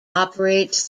operates